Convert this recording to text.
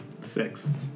six